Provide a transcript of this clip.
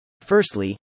Firstly